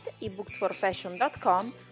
eBooksforFashion.com